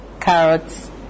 carrots